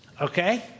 okay